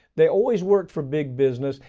they always work for big business,